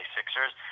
Sixers